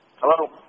Hello